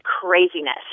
craziness